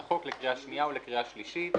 הצעת החוק לקריאה שנייה ולקריאה שלישית.